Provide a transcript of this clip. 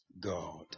God